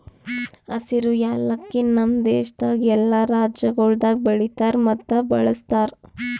ಹಸಿರು ಯಾಲಕ್ಕಿ ನಮ್ ದೇಶದಾಗ್ ಎಲ್ಲಾ ರಾಜ್ಯಗೊಳ್ದಾಗ್ ಬೆಳಿತಾರ್ ಮತ್ತ ಬಳ್ಸತಾರ್